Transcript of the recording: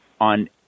on